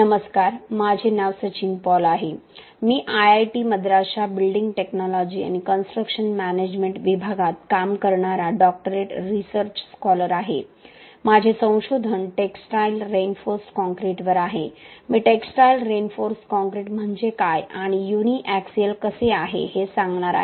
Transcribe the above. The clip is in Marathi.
नमस्कार माझे नाव सचिन पॉल आहे मी आयआयटी मद्रासच्या बिल्डिंग टेक्नॉलॉजी आणि कन्स्ट्रक्शन मॅनेजमेंट विभागात काम करणारा डॉक्टरेट रिसर्च स्कॉलर आहे माझे संशोधन टेक्सटाईल रिइन्फोर्स्ड कॉंक्रिटवर आहे मी टेक्सटाईल रिइन्फोर्स्ड कॉंक्रिट म्हणजे काय आणि युनि एकिसयल कसे आहे हे सांगणार आहे